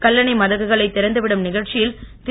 கல்லணை மதகுகளை திறந்து விடும் நிகழ்ச்சியில் திரு